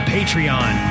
Patreon